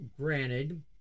granted